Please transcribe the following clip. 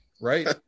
right